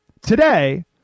today